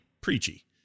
preachy